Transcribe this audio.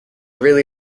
really